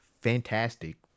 fantastic